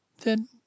Then